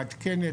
מעדכנת,